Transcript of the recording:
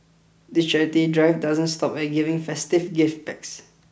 the charity drive doesn't stop at giving festive gift packs